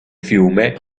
fiume